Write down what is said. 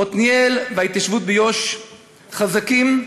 עתניאל וההתיישבות ביו"ש חזקים,